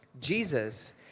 Jesus